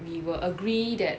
we will agree that